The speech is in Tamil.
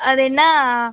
அதென்ன